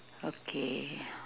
okay